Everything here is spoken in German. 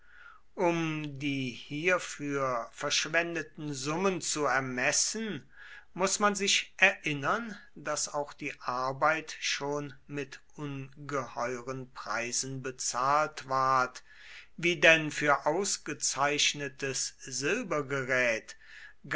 um die hierfür verschwendeten summen zu ermessen muß man sich erinnern daß auch die arbeit schon mit ungeheuren preisen bezahlt ward wie denn für ausgezeichnetes